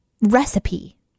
recipe